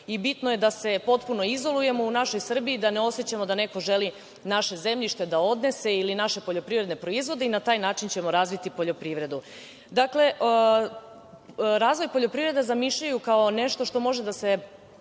bitno je da se potpuno izolujemo u našoj Srbiji, da ne osećamo da neko želi naše zemljište da odnese ili naše poljoprivredne proizvode i na taj način ćemo razviti poljoprivredu. Dakle, razvoj poljoprivrede zamišljaju kao nešto što može da se